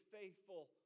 faithful